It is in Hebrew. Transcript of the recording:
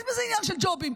יש בזה עניין של ג'ובים,